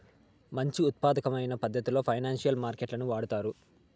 మంచి ఉత్పాదకమైన పద్ధతిలో ఫైనాన్సియల్ మార్కెట్ లను వాడుతారు